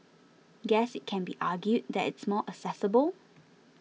guess it can be argued that it's more accessible